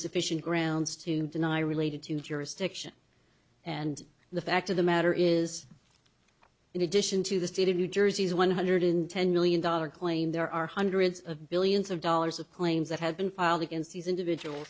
sufficient grounds to deny related to jurisdiction and the fact of the matter is in addition to the state of new jersey is one hundred in ten million dollars claim there are hundreds of billions of dollars of claims that have been filed against these individual